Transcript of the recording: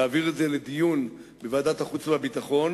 להעביר את זה לדיון בוועדת החוץ והביטחון,